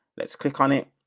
let's click on it.